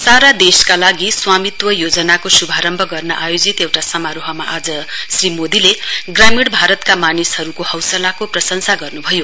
सारा देशका लागि स्वामित्व योजनाको शुभारम्भ गर्न आयोजित एउटा समारोहमा आज श्री मोदीले ग्रामीण भारतका मानिसहरूको हौसलाको प्रशंसा गर्नुभयो